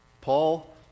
Paul